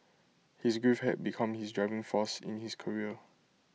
his grief had become his driving force in his career